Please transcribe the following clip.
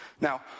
Now